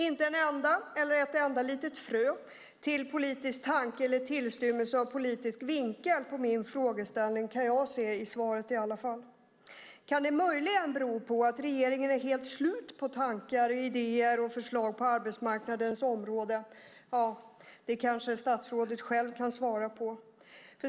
Inte en enda, eller ett enda litet frö till, politisk tanke eller tillstymmelse till politisk vinkel på min frågeställning kan jag se i svaret. Kan det möjligen bero på att regeringen har helt slut på tankar, idéer och förslag på arbetsmarknadens områden? Ja, det kanske statsrådet själv kan svara på.